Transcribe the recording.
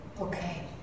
Okay